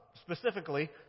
Specifically